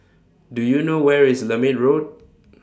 Do YOU know Where IS Lermit Road